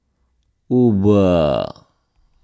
Uber